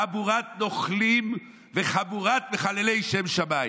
חבורת נוכלים וחבורת מחללי שם שמיים.